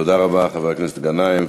תודה רבה, חבר הכנסת גנאים.